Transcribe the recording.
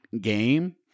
game